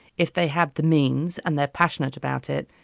if they have the means and they're passionate about it.